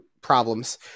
problems